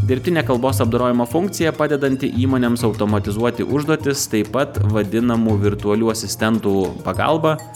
dirbtinę kalbos apdorojimo funkcija padedanti įmonėms automatizuoti užduotis taip pat vadinamų virtualių asistentų pagalba